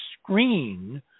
screen